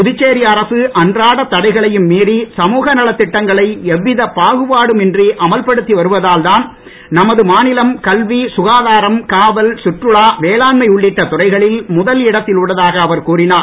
புதுச்சேரி அரசு அன்றாடத் தடைகளையும் மீறி சமூகநலத் திட்டங்களை எவ்வித பாகுபாடும் இன்றி அமல்படுத்தி வருவதால்தான் நமது மாநிலம் கல்வி சுகாதாரம் காவல் சுற்றுலா வேளாண்மை உள்ளிட்ட துறைகளில் முதல் இடத்தில் உள்ளதாக அவர் கூறினார்